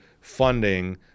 funding